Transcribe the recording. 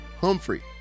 Humphrey